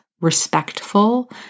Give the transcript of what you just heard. respectful